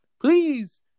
please